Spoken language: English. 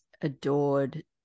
adored